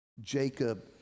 Jacob